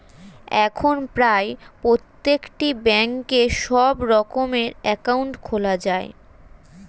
এখন প্রায় প্রত্যেকটি ব্যাঙ্কে সব রকমের অ্যাকাউন্ট খোলা যায়